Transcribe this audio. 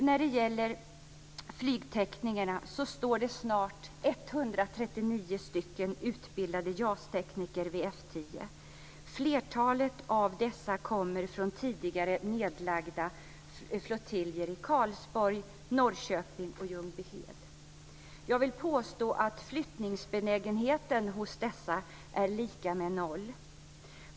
När det gäller flygteknikerna finns det snart 139 utbildade JAS-tekniker vid F 10. Flertalet av dessa kommer från tidigare nedlagda flottiljer i Karlsborg, Norrköping och Ljungbyhed. Jag vill påstå att flyttningsbenägenheten hos dessa är lika med noll.